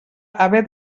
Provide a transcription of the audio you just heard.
haver